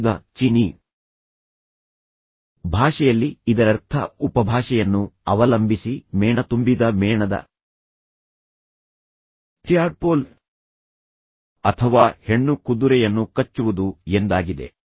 ಈಗ ಚೀನೀ ಭಾಷೆಯಲ್ಲಿ ಇದರರ್ಥ ಉಪಭಾಷೆಯನ್ನು ಅವಲಂಬಿಸಿ ಮೇಣ ತುಂಬಿದ ಮೇಣದ ಟ್ಯಾಡ್ಪೋಲ್ ಅಥವಾ ಹೆಣ್ಣು ಕುದುರೆಯನ್ನು ಕಚ್ಚುವುದು ಎಂದಾಗಿದೆ